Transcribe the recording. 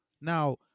Now